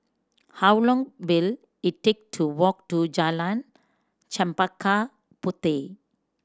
how long will it take to walk to Jalan Chempaka Puteh